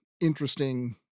interesting